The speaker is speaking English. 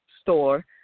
store